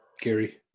Gary